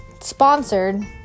Sponsored